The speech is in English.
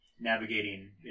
navigating